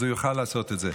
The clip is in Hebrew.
אז הוא יוכל לעשות את זה.